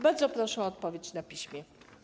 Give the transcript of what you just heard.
Bardzo proszę o odpowiedź na piśmie.